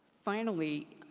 finally,